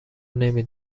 نمی